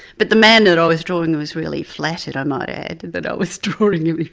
but the man that i was drawing was really flattered, i might add, that i was drawing him.